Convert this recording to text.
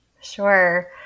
sure